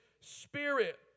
Spirit